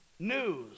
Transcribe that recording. news